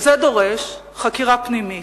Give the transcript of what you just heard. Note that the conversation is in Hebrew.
וזה דורש חקירה פנימית,